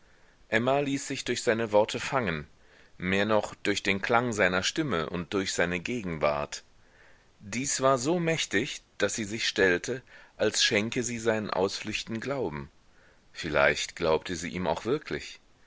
emma ließ sich durch seine worte fangen mehr noch durch den klang seiner stimme und durch seine gegenwart dies war so mächtig daß sie sich stellte als schenke sie seinen ausflüchten glauben vielleicht glaubte sie ihm auch wirklich